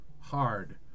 hard